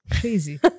crazy